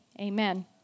Amen